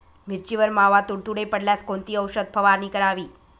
मिरचीवर मावा, तुडतुडे पडल्यास कोणती औषध फवारणी करावी?